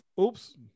Oops